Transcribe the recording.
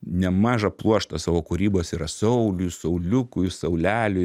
nemažą pluoštą savo kūrybos yra sauliui sauliukui sauleliui